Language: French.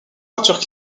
voitures